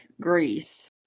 greece